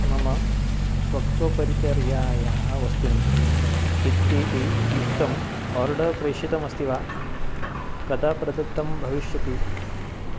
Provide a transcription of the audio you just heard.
मम त्वक्परिचर्यायाः वस्तूनि इत्येतैः युक्तम् आर्डर् प्रेषितम् अस्ति वा कदा प्रदत्तं भविष्यति